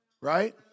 right